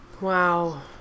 Wow